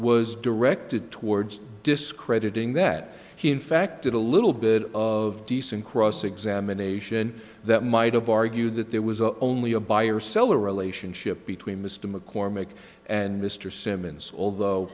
was directed towards discrediting that he in fact did a little bit of decent cross examination that might have argued that there was only a buyer seller relationship between mr mccormick and